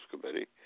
committee